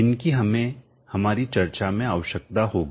इनकी हमें हमारी चर्चा में आवश्यकता होगी